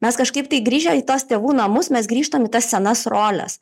mes kažkaip tai grįžę į tas tėvų namus mes grįžtam į tas senas roles